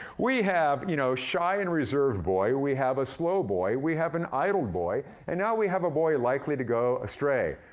we have you know shy and reserved boy, we have a slow boy, we have an idle boy, and now we have a boy likely to go astray.